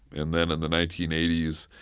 and then in the nineteen eighty s,